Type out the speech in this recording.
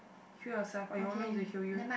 kill yourself or you want me to kill you